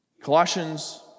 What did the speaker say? Colossians